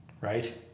Right